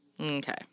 Okay